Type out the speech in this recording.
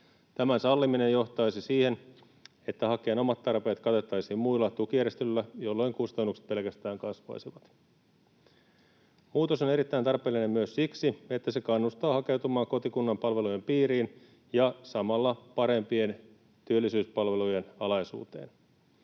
Tämän salliminen johtaisi siihen, että hakijan omat tarpeet katettaisiin muilla tukijärjestelyillä, jolloin kustannukset pelkästään kasvaisivat. Muutos on erittäin tarpeellinen myös siksi, että se kannustaa hakeutumaan kotikunnan palvelujen piiriin ja samalla parempien työllisyyspalvelujen alaisuuteen.